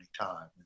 anytime